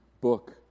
book